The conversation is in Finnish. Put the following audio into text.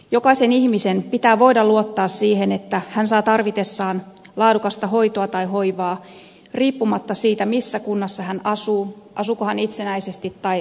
jokaisen ihmisen pitää voida luottaa siihen että hän saa tarvitessaan laadukasta hoitoa tai hoivaa riippumatta siitä missä kunnassa hän asuu asuuko hän itsenäisesti tai laitoksessa